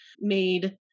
made